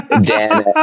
Dan